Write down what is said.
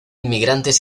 inmigrantes